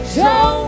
Show